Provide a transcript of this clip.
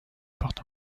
porte